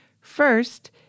First